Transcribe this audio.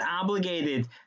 obligated